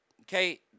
Okay